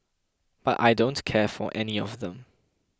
but I don't care for any of them